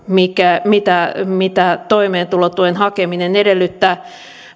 mitä mitä toimeentulotuen hakeminen edellyttää